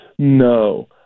No